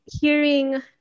hearing